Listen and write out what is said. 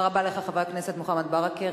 תודה רבה לך, חבר הכנסת מוחמד ברכה.